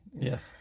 Yes